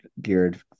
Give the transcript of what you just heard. geared